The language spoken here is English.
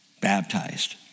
baptized